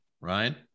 Ryan